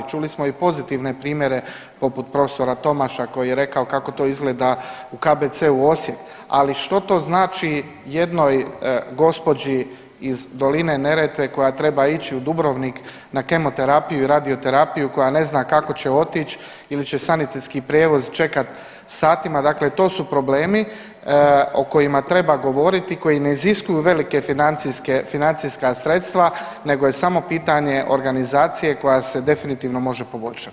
Čuli smo i pozitivne primjere poput prof. Tomaša koji je rekao kako to izgleda u KBC Osijek, ali što to znači jednoj gospođi iz doline Neretve koja treba ići u Dubrovnik na kemoterapiju i radioterapiju, koja ne zna kako će otić ili će sanitetski prijevoz čekat satima, dakle to su problemi o kojima treba govoriti i koji ne iziskuju velike financijske, financijska sredstva nego je samo pitanje organizacije koja se definitivno može poboljšati.